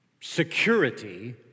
security